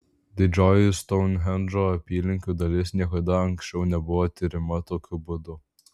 didžioji stounhendžo apylinkių dalis niekada anksčiau nebuvo tiriama tokiu būdu